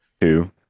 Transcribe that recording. two